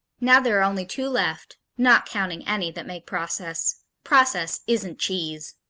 now there are only two left not counting any that make process. process isn't cheese!